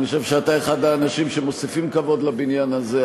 אני חושב שאתה אחד האנשים שמוסיפים כבוד לבניין הזה,